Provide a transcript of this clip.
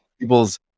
people's